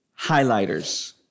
Highlighters